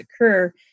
occur